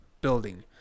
building